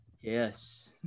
Yes